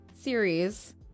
series